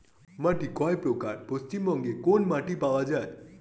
মাটি কয় প্রকার ও পশ্চিমবঙ্গ কোন মাটি পাওয়া য়ায়?